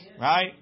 Right